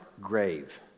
grave